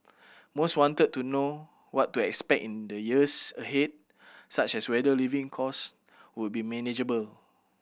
most wanted to know what to expect in the years ahead such as whether living cost would be manageable